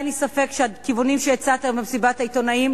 אין לי ספק שהכיוונים שהצעת היום במסיבת העיתונאים,